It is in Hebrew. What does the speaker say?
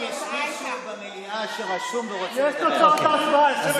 הוא שאל אם